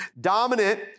dominant